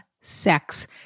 sex